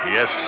Yes